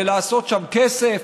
לעשות שם כסף.